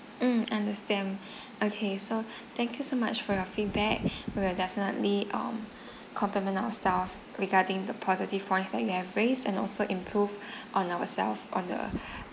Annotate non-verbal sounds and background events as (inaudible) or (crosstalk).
mm understand okay so thank you so much for your feedback we'll definitely um complement ourselves regarding the positive points that you have raised and also improve on ourselves on the (breath)